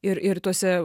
ir ir tuose